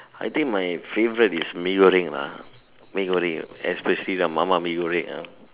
I think my favourite is Mee-Goreng lah Mee-Goreng especially the mama Mee-Goreng ah